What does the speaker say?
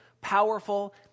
powerful